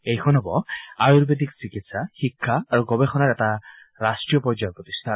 এইখন হ'ব আয়ুৰ্বেদিক চিকিৎসা শিক্ষা আৰু গৱেষণাৰ এটা ৰাষ্ট্ৰীয় পৰ্যায়ৰ প্ৰতিষ্ঠান